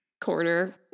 corner